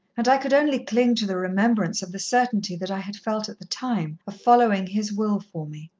and i could only cling to the remembrance of the certainty that i had felt at the time, of following his will for me.